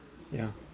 ya